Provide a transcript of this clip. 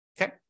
Okay